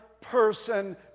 person